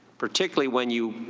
particularly when you